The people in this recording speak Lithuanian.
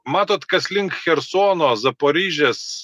matot kas link chersono zaporižės